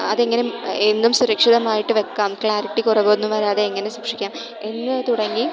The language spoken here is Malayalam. അതെങ്ങനെ എന്നും സുരക്ഷിതമായിട്ട് വെക്കാം ക്ലാരിറ്റി കുറവൊന്നും വരാതെ എങ്ങനെ സൂക്ഷിക്കാം എന്നു തുടങ്ങി